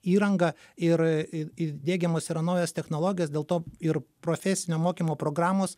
įranga ir įdiegiamos yra naujos technologijos dėl to ir profesinio mokymo programos